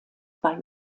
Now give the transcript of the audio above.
bei